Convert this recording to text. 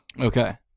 Okay